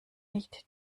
nicht